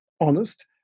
honest